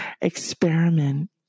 experiment